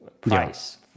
price